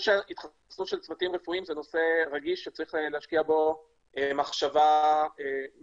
התחסנות של צוותים רפואיים היא נושא רגיש שצריך להשקיע בו מחשבה מיוחדת.